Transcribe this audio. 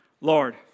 Lord